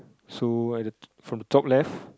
so at the from the top left